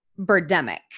birdemic